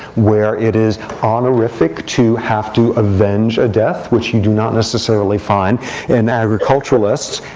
where it is honorific to have to avenge a death, which you do not necessarily find in agriculturalists.